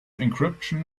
encryption